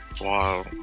Wow